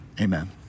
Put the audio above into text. amen